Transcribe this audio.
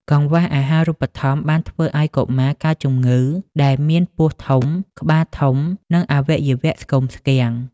កង្វះអាហារូបត្ថម្ភបានធ្វើឱ្យកុមារកើតជំងឺ ដែលមានពោះធំ ក្បាលធំ និងអវយវៈស្គមស្គាំង។